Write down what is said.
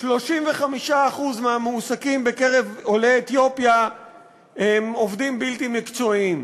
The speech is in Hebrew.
35% מהמועסקים בקרב עולי אתיופיה הם עובדים בלתי מקצועיים.